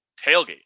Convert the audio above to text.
tailgate